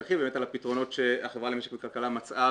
תרחיב על הפתרונות שהחברה למשק וכלכלה מצאה